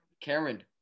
Cameron